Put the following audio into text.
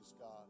God